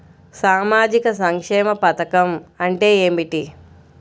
సామాజిక సంక్షేమ పథకం అంటే ఏమిటి?